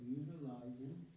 utilizing